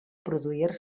produir